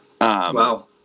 Wow